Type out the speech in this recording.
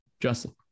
Justin